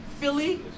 Philly